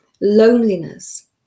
loneliness